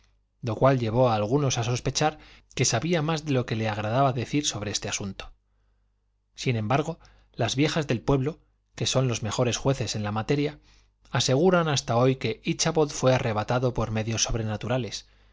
lo cual llevó a algunos a sospechar que sabía más de lo que le agradaba decir sobre este asunto sin embargo las viejas del pueblo que son los mejores jueces en la materia aseguran hasta hoy que íchabod fué arrebatado por medios sobrenaturales